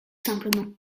simplement